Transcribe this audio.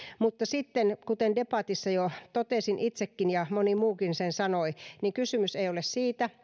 mutta sitten kuten debatissa jo totesin itsekin ja moni muukin sanoi kysymys ei ole siitä